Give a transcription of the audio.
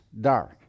dark